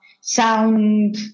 sound